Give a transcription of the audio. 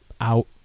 out